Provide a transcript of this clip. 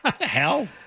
Hell